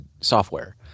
software